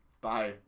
Bye